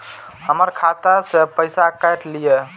हमर खाता से पैसा काट लिए?